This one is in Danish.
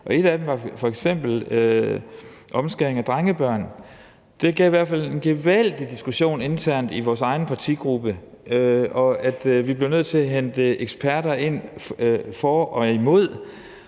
Et af dem var f.eks. omskæring af drengebørn. Det gav i hvert fald en gevaldig diskussion internt i vores egen partigruppe, og vi blev nødt til at hente eksperter ind, der var for